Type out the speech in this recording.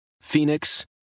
Phoenix